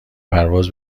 پرواز